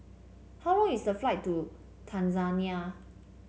how long is the flight to Tanzania